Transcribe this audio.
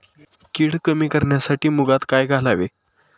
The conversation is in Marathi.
कीड कमी करण्यासाठी मुगात काय घालावे?